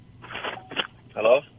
Hello